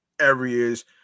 areas